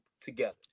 together